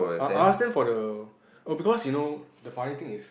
I I ask them for the oh because you know the funny thing is